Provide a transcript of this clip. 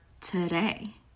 today